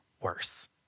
worse